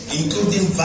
including